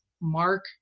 Mark